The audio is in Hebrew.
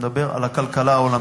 אני מדבר על הכלכלה העולמית.